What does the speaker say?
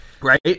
right